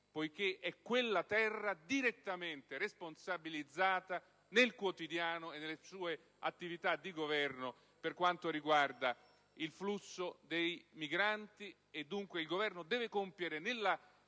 poiché quella terra è direttamente responsabilizzata nel quotidiano e nelle sua attività di Governo per quanto riguarda il flusso dei migranti. Dunque, il Governo deve compiere